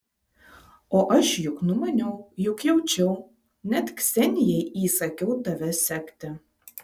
o juk aš numaniau juk jaučiau net ksenijai įsakiau tave sekti